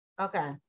Okay